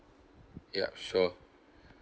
yup sure